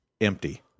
empty